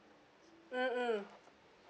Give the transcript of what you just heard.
mm mm